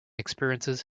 experiences